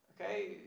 Okay